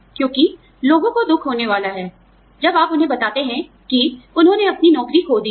क्योंकि लोगों को दुख होने वाला है जब आप उन्हें बताते हैं कि उन्होंने अपनी नौकरी खो दी है